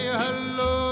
hello